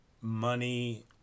money